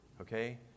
Okay